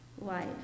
life